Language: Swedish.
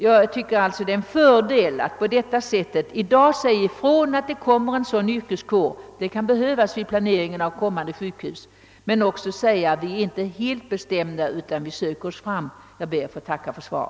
Det är emellertid en fördel, att man i dag talar om att det kommer en sådan här yrkeskår — det är betydelsefullt för planeringen av nya sjukhus — men att man samtidigt säger, att man inte absolut har bestämt, vilken utbildningen skall bli, utan söker sig fram.